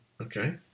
Okay